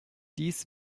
dies